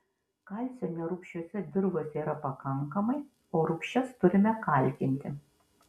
kalcio nerūgščiose dirvose yra pakankamai o rūgščias turime kalkinti